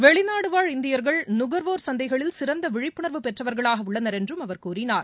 வெளிநாடுவாழ் இந்தியர்கள் நுகர்வோர் சந்தைகளில் சிறந்தவிழிப்புணர்வு பெற்றவர்களாகஉள்ளனர் என்றும் அவர் கூறினார்